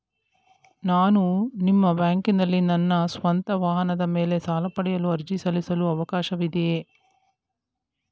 ನಾನು ನಿಮ್ಮ ಬ್ಯಾಂಕಿನಲ್ಲಿ ನನ್ನ ಸ್ವಂತ ವಾಹನದ ಮೇಲೆ ಸಾಲ ಪಡೆಯಲು ಅರ್ಜಿ ಸಲ್ಲಿಸಲು ಅವಕಾಶವಿದೆಯೇ?